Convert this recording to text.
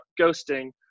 ghosting